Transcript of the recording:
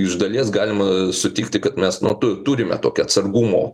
iš dalies galima sutikti kad mes nu tu turime tokią atsargumo